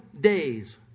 days